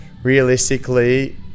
realistically